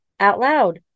OUTLOUD